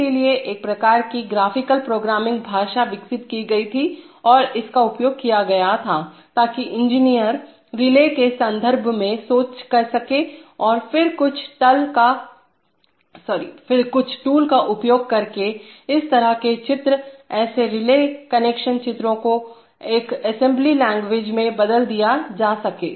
इसलिएएक प्रकार की graphical programming भाषा विकसित की गई थी और इसका उपयोग किया गया था ताकि इंजीनियर रिले के संदर्भ में सोच सकें और फिर कुछ टूल का उपयोग करके इस तरह के चित्र ऐसे रिले कनेक्शन चित्रों को एक असेंबली लैंग्वेज में बदल दिया जा सके